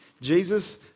Jesus